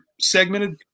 segmented